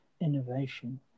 innovation